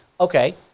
okay